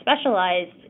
specialized